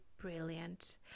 brilliant